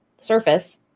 surface